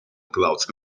clouds